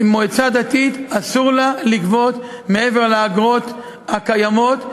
מועצה דתית אסור לה לגבות מעבר לאגרות הקיימות.